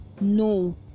No